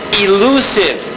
elusive